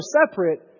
separate